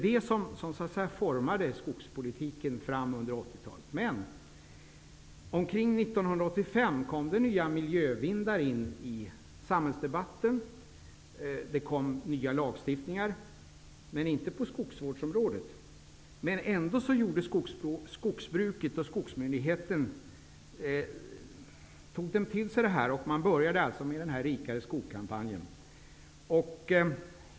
Detta formade skogspolitiken under 1980-talet. Omkring 1985 kom nya miljövindar in i samhällsdebatten. Det kom ny lagstiftning, visserligen inte på skogsvårdsområdet, men skogsbruket och skogsmyndigheten tog ändå till sig detta. Man började med kampanjen Rikare skog.